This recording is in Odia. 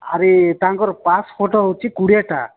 ଆରେ ତାଙ୍କର ପାସ୍ଫଟୋ ହେଉଛି କୋଡ଼ିଏଟା